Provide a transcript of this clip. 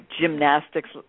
gymnastics